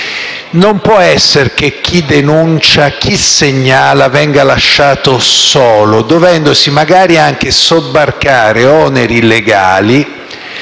Non può essere che chi denuncia e chi segnala venga lasciato solo, dovendosi magari anche sobbarcare oneri legali,